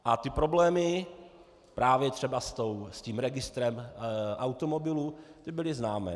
A ty problémy právě třeba s registrem automobilů byly známé.